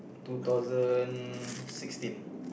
two thousand sixteen